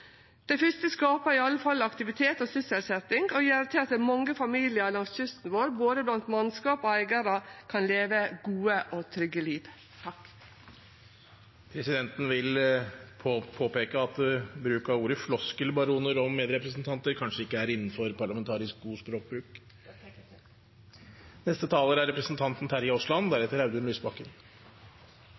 første skaper i alle fall aktivitet og sysselsetjing og gjer at mange familiar langs kysten vår, blant både mannskap og eigarar, kan leve gode og trygge liv. Presidenten vil påpeke at bruk av ordet «floskelbaron» om medrepresentanter kanskje ikke er innenfor parlamentarisk god